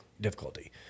difficulty